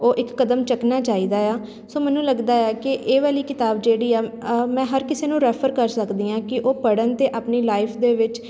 ਉਹ ਇੱਕ ਕਦਮ ਚੱਕਣਾ ਚਾਹੀਦਾ ਆ ਸੋ ਮੈਨੂੰ ਲੱਗਦਾ ਆ ਕਿ ਇਹ ਵਾਲੀ ਕਿਤਾਬ ਜਿਹੜੀ ਆ ਮੈਂ ਹਰ ਕਿਸੇ ਨੂੰ ਰੈਫਰ ਕਰ ਸਕਦੀ ਹਾਂ ਕਿ ਉਹ ਪੜ੍ਹਨ ਅਤੇ ਆਪਣੀ ਲਾਈਫ ਦੇ ਵਿੱਚ